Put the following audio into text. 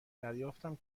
دریافتم